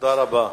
תודה רבה.